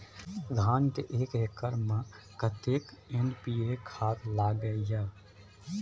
धान के एक एकर में कतेक एन.पी.ए खाद लगे इ?